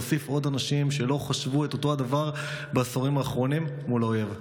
להוסיף עוד אנשים שלא חשבו את אותו הדבר בעשורים האחרונים מול האויב.